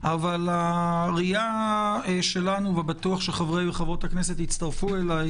אבל הראייה שלנו ובטוח שחברי וחברות הכנסת יצטרפו אליי,